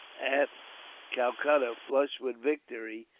at calcutta, flushed with victory,